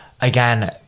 again